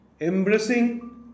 Embracing